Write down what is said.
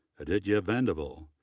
adhitya vadivel,